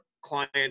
client